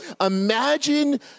imagine